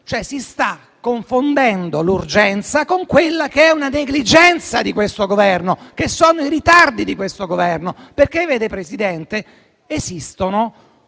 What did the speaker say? si sta confondendo l'urgenza con quella che è una negligenza di questo Governo, che sono i suoi ritardi, perché esistono,